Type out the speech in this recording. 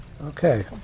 Okay